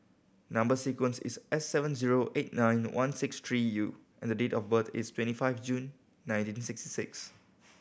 number sequence is S seven zero eight nine one six three U and the date of birth is twenty five June nineteen sixty six